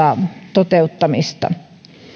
toteuttamista